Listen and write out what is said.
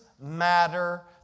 matter